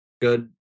good